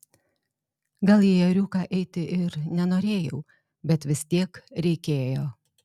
gal į ėriuką eiti ir nenorėjau bet vis tiek reikėjo